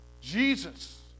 Jesus